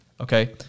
Okay